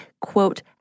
quote